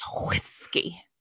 Whiskey